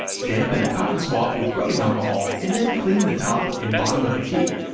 dampen a cotton swab with rubbing alcohol, and then clean the top and bottom of the key,